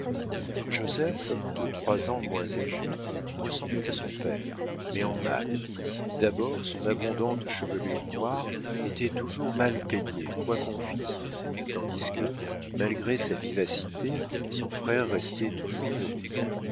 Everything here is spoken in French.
joseph de trois ans moins âgé ressemblait à son père mais en mal d'abord son abondante chevelure noire était toujours mal peignée quoi qu'on fît tandis que malgré sa vivacité son frère restait toujours joli